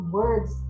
words